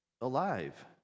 alive